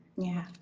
yeah.